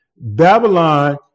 Babylon